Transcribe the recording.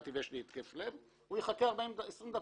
לאילת וקיבל התקף לב הוא יחכה 20 דקות,